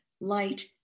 light